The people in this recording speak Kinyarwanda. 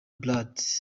brad